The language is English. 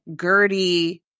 Gertie